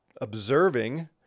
observing